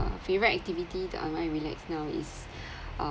uh favourite activity that unwind relax now is